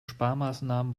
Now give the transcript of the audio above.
sparmaßnahmen